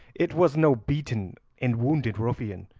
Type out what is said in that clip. it was no beaten and wounded ruffian,